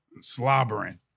slobbering